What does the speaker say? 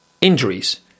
injuries